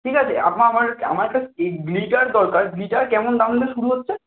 ঠিক আছে আমার আমার কাছে এই গ্লিটার দরকার গ্লিটার কেমন দাম দিয়ে শুরু হচ্ছে